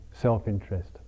self-interest